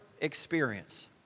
experience